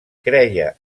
creia